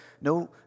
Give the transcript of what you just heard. no